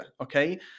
okay